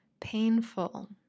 painful